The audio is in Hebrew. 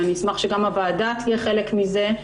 ואשמח שגם הוועדה תהיה חלק מזה,